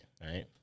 right